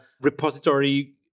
repository